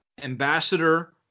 ambassador